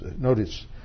Notice